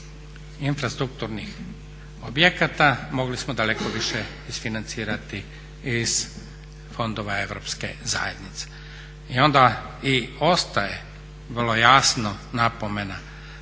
infrastrukturnih objekata, mogli smo daleko više isfinancirati iz fondova europske zajednice. I onda i ostaje vrlo jasno napomena